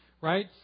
Right